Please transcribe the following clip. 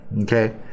Okay